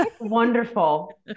Wonderful